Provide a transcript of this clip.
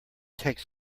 takes